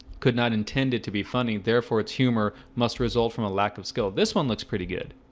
could not intend it to be funny. therefore. it's humor must result from a lack of skill. this one looks pretty good.